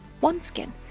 OneSkin